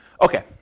Okay